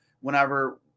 whenever